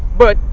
but,